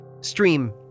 stream